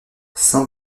saint